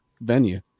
venue